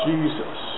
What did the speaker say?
Jesus